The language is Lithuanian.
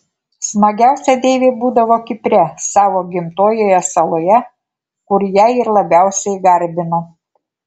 smagiausia deivei būdavo kipre savo gimtojoje saloje kur ją ir labiausiai garbino